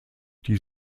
die